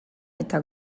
eta